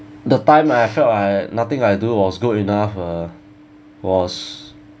the time I felt I nothing I do was good enough uh was